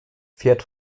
fährt